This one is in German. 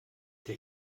der